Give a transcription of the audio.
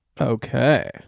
Okay